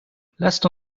lasst